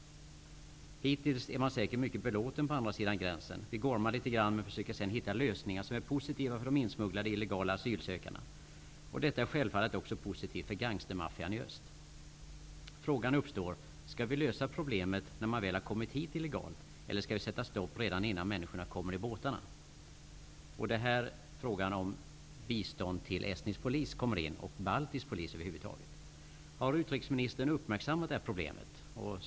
Hittills är man säkert mycket belåten på andra sidan gränsen. Vi gormar litet grand men försöker sedan hitta lösningar som är positiva för de insmugglade illegala asylsökandena. Detta är självfallet också positivt för gangstermaffian i öst. Frågan uppstår: Skall vi lösa problemet när folk har kommit hit illegalt eller skall vi sätta stopp redan innan människorna kommer i båtarna? Det är här frågan om bistånd till estnisk polis och baltisk polis över huvud taget kommer in. Har utrikesministern uppmärksammat det här problemet?